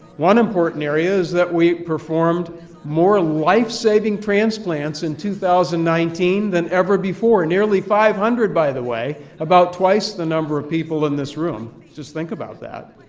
one important area is that we performed more lifesaving transplants in two thousand nineteen than ever before, nearly five hundred by the way, about twice the number of people in this room. just think about that.